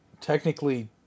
technically